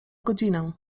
godzinę